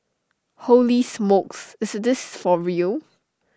holy smokes is this for real